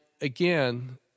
again